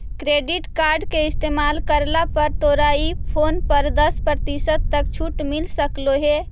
credit card के इस्तेमाल करला पर तोरा ई फोन पर दस प्रतिशत तक छूट मिल सकलों हे